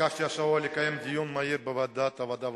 ביקשתי השבוע לקיים דיון מהיר בוועדת העבודה,